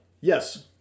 Yes